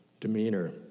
demeanor